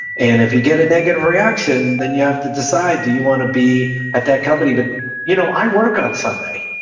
and if you get negative reaction, then you have to decide do you want to be at that company. but you know i work on sunday.